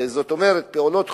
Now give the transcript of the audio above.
כלומר פעולות חודרניות,